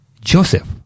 Joseph